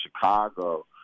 Chicago